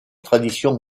traditions